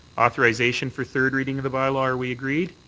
authorization for third reading of the bylaw? are we agreed?